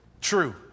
true